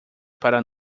para